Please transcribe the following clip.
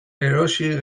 erosi